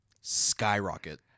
skyrocket